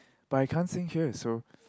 but I can't sing here so